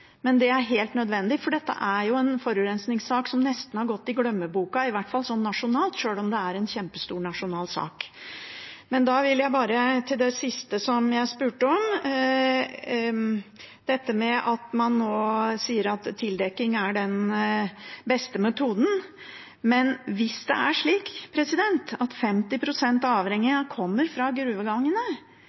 Men det er helt nødvendig, for dette er jo en forurensingssak som nesten har gått i glemmeboka, i hvert fall nasjonalt, sjøl om det er en kjempestor nasjonal sak. Jeg har et spørsmål til det siste jeg spurte om – dette med at man nå sier at tildekking er den beste metoden. Hvis det er slik at 50 pst. av avrenningen kommer fra gruvegangene,